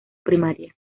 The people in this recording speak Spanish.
primaria